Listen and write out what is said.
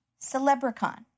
Celebricon